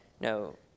no